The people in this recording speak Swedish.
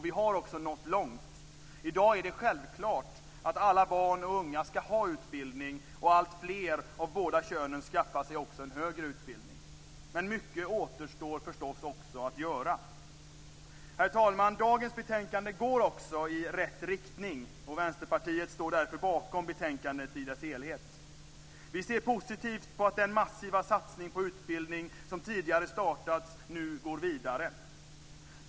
Vi har också nått långt. I dag är det självklart att alla barn och unga ska ha utbildning, och alltfler av båda könen skaffar sig också en högre utbildning. Men mycket återstår förstås också att göra. Herr talman! Dagens betänkande går också i rätt riktning. Vänsterpartiet står därför bakom betänkandet i dess helhet. Vi ser positivt på att den massiva satsning på utbildning som tidigare startats nu går vidare.